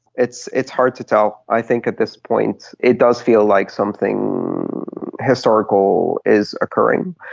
it's it's hard to tell, i think, at this point. it does feel like something historical is occurring.